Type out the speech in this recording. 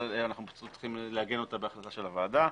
אנחנו צריכים לעגן אותה בהחלטה של הוועדה.